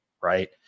right